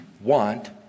want